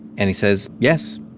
and he says, yes,